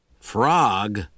Frog